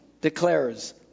declares